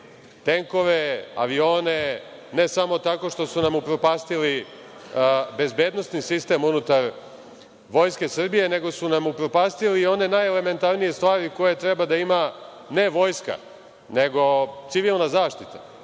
tenkove, avione, ne samo tako što su nam upropastili bezbednosni sistem unutar Vojske Srbije, nego su nam upropastili i one najelementarnije stvari koje treba da ima ne Vojska nego Civilna zaštita.